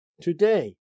today